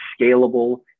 scalable